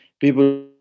people